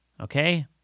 Okay